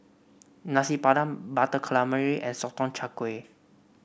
Nasi Padang Butter Calamari and Sotong Char Kway